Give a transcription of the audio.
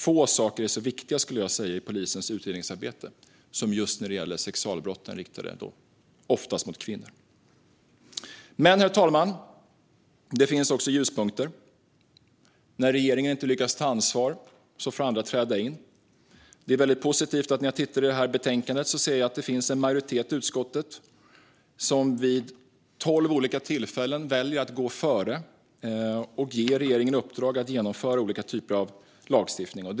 Få saker är så viktiga, skulle jag vilja säga, i polisens utredningsarbete som just sexualbrotten oftast riktade mot kvinnor. Herr talman! Det finns också ljuspunkter. När regeringen inte lyckas ta ansvar får andra träda in. När jag tittar i detta betänkande är det mycket positivt att jag ser att det finns en majoritet i utskottet som vid tolv olika tillfällen väljer att gå före och ge regeringen i uppdrag att genomföra olika typer av lagstiftning.